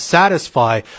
satisfy